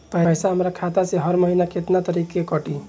पैसा हमरा खाता से हर महीना केतना तारीक के कटी?